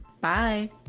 Bye